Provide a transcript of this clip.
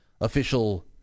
official